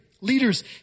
leaders